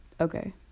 Okay